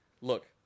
look